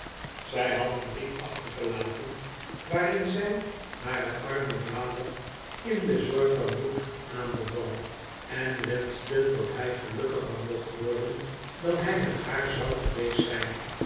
zjj had eenen brief achtergelaten waarin zij haren armen vader in de zorg van hugh aanbeval en wenschte dat by gelukkiger mocht worden dan hjj met haar zou geweest zyn